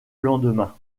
lendemain